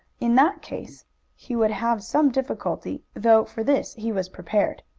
in that case he would have some difficulty, though for this he was prepared,